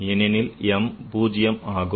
ஏனெனில் m 0 ஆகும்